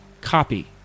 copy